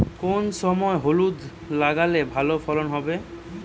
কোন সময় হলুদ লাগালে ভালো ফলন হবে?